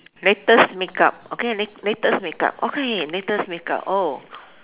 latest makeup okay la~ latest makeup okay latest makeup oh